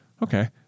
okay